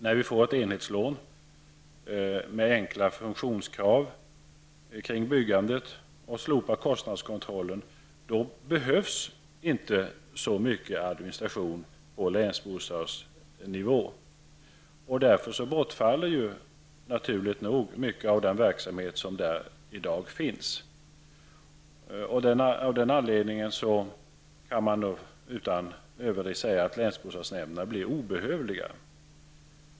När vi får ett enhetslån med enkla funktionskrav kring byggandet och slopar kostnadskontrollen, behövs inte så mycket administration på länsbostadsnivå. Därför bortfaller naturligt nog mycket av den verksamhet som i dag bedrivs där. Av den anledningen kan man utan överdrift säga att länsbostadsnämnderna blir obehövliga.